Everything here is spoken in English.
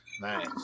Nice